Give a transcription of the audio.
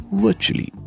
virtually